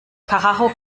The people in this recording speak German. karacho